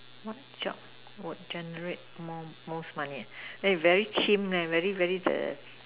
what job will generate more most money very very very the